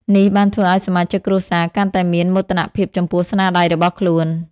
នេះបានធ្វើឱ្យសមាជិកគ្រួសារកាន់តែមានមោទនភាពចំពោះស្នាដៃរបស់ខ្លួន។